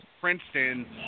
Princeton